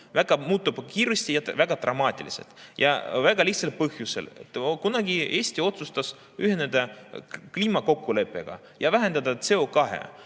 muutub kiiresti ja väga dramaatiliselt ja väga lihtsal põhjusel. Kunagi Eesti otsustas ühineda kliimakokkuleppega ja vähendada CO2.